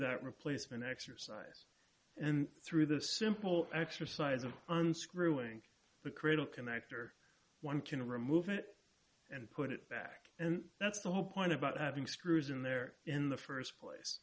that replacement exercise and through the simple exercise of unscrewing the cradle can i for one can remove it and put it back and that's the whole point about having screws in there in the first place